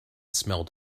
smelt